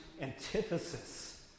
antithesis